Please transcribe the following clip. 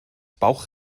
bauch